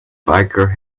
biker